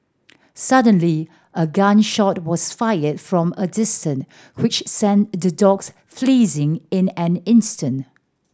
suddenly a gun shot was fired from a distance which sent the dogs fleeing in an instant